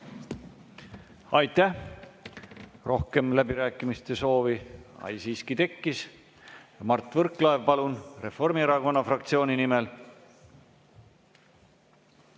Aitäh, rohkem läbirääkimiste soovi ... Ei, siiski tekkis. Mart Võrklaev, palun, Reformierakonna fraktsiooni nimel!